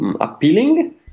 appealing